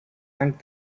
langues